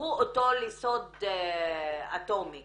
הפכו אותו לסוד אטומי